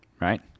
Right